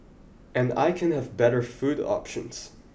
and I can have better food options